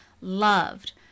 loved